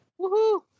Woohoo